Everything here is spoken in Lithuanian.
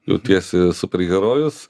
jautiesi superherojus